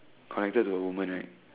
connected to the women right